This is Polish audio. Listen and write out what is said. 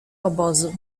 obozu